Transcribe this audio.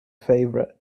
favorite